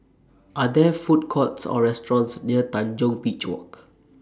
Are There Food Courts Or restaurants near Tanjong Beach Walk